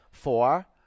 Four